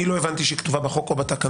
אני לא הבנתי שהיא כתובה בחוק או בתקנות.